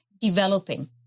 developing